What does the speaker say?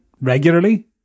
regularly